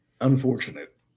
Unfortunate